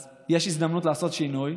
אז יש הזדמנות לעשות שינוי.